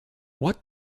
what